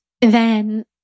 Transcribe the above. then-